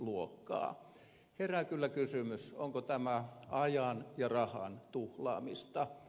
herää kyllä kysymys onko tämä ajan ja rahan tuhlaamista